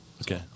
Okay